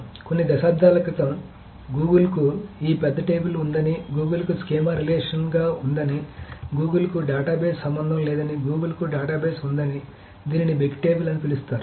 కాబట్టి కొన్ని దశాబ్దాల క్రితం గూగుల్కు ఈ పెద్ద టేబుల్ ఉందని గూగుల్కు స్కీమా రిలేషనల్ గా ఉందని గూగుల్కు డేటాబేస్ సంబంధం లేదని గూగుల్కు డేటాబేస్ ఉందని దీనిని బిగ్ టేబుల్ అని పిలుస్తారు